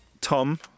Tom